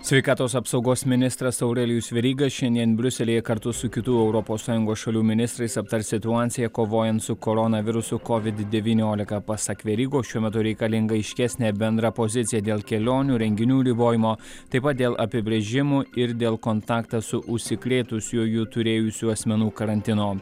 sveikatos apsaugos ministras aurelijus veryga šiandien briuselyje kartu su kitų europos sąjungos šalių ministrais aptars situaciją kovojant su koronavirusu covid devyniolika pasak verygos šiuo metu reikalinga aiškesnė bendra pozicija dėl kelionių renginių ribojimo taip pat dėl apibrėžimų ir dėl kontaktą su užsikrėtusiuoju turėjusių asmenų karantino